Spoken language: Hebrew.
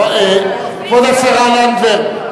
תגיד את זה, כבוד השרה לנדבר.